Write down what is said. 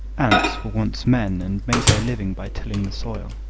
ants were once men and made their living by tilling the soil.